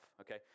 Okay